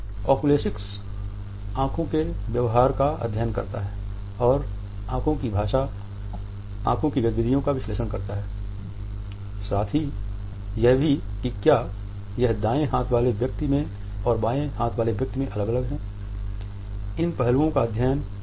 oculesics आंखों के व्यवहार का अध्ययन करता है और आंखों की भाषा आंखों की गतिविधियों का विश्लेषण करता है साथ ही यह भी कि क्या यह दाएँ हाथ वाले व्यक्ति में और बाएँ हाथ वाले व्यक्ति में अलग है